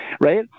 right